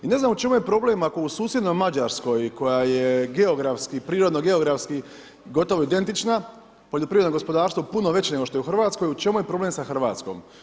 I ne znam, o čemu je problem, ako u susjednoj Mađarskoj, koja je prirodno geografski gotovo identična, poljoprivredo gospodarstvo puno veći nego što je u Hrvatskoj, u čemu je problem sa Hrvatskom.